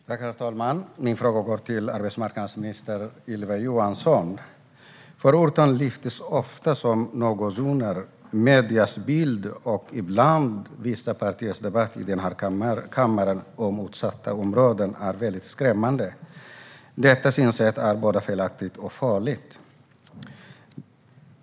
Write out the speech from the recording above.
Herr talman! Min fråga går till arbetsmarknadsminister Ylva Johansson. Förorten lyfts ofta upp som no go-zoner. Mediernas bild och vissa partiers debatt om utsatta områden är skrämmande. Detta synsätt är både felaktigt och farligt.